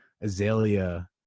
Azalea